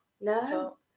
No